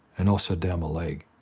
and also down my leg.